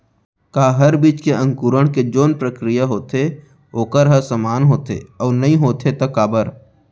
का हर बीज के अंकुरण के जोन प्रक्रिया होथे वोकर ह समान होथे, अऊ नहीं होथे ता काबर?